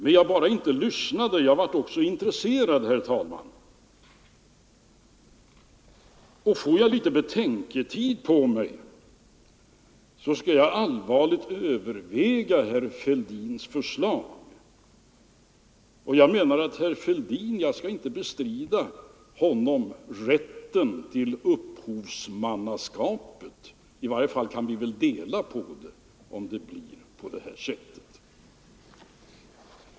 Men jag inte bara lyssnade, jag blev också intresserad, herr talman, och får jag litet betänketid skall jag allvarligt överväga herr Fälldins förslag. Jag skall inte bestrida herr Fälldin rätten till upphovsmannaskapet — i varje fall kan vi väl dela på den — om förslaget genomförs.